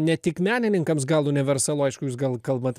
ne tik menininkams gal universalu aišku jūs gal kalbate